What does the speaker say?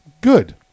good